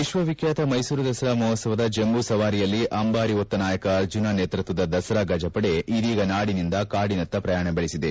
ವಿಶ್ವವಿಖ್ಠಾತ ಮೈಸೂರು ದಸರಾ ಮಹೋತ್ಸವ ಜಂಬೂಸವಾರಿಯಲ್ಲಿ ಅಂಬಾರಿ ಹೊತ್ತ ನಾಯಕ ಅರ್ಜುನ ನೇತೃತ್ವದ ದಸರಾ ಗಜಪಡೆ ಇದೀಗ ನಾಡಿನಿಂದ ಕಾಡಿನತ್ತ ಪ್ರಯಾಣ ಬೆಳೆಸಿದೆ